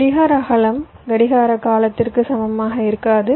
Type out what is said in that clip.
கடிகார அகலம் கடிகார காலத்திற்கு சமமாக இருக்காது